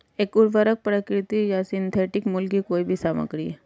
एक उर्वरक प्राकृतिक या सिंथेटिक मूल की कोई भी सामग्री है